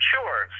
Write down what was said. Sure